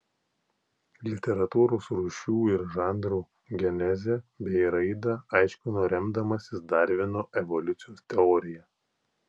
literatūros rūšių ir žanrų genezę bei raidą aiškino remdamasis darvino evoliucijos teorija